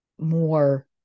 more